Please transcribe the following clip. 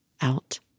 out